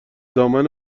دامن